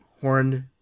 horned